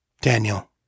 Daniel